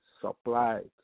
supplied